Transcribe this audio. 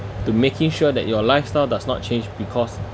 to making sure that your lifestyle does not change because